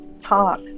talk